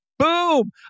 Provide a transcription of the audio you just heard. Boom